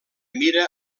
mira